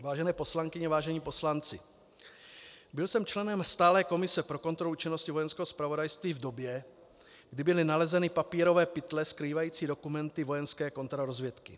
Vážené poslankyně, vážení poslanci, byl jsem členem Stálé komise pro kontrolu činnosti Vojenského zpravodajství v době, kdy byly nalezeny papírové pytle skrývající dokumenty vojenské kontrarozvědky.